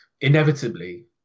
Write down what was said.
inevitably